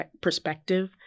perspective